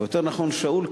או יותר נכון שאול,